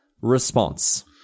response